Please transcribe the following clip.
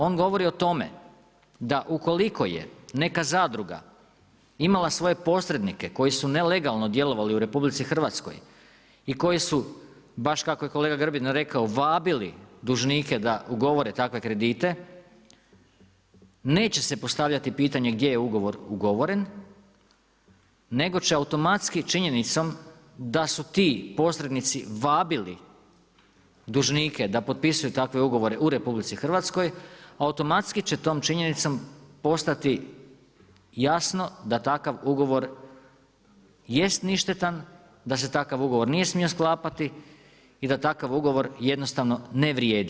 On govori o tome, da ukoliko je neka zadruga, imala svoje posrednike koji su nelegalno djelovali u RH i koji su, baš kako je kolega Grbin rekao, vabili dužnike da ugovore takve kredite, neće se postavljati pitanje, gdje je ugovor ugovoren, nego će automatski činjenicom da su ti posrednici vabili dužnike da potpisuju takve ugovore u RH, automatski će tom činjenicom postati jasno, da takav ugovor jest ništetan, da se takav ugovor nije smijo sklapati i da takav ugovor jednostavno ne vrijedi.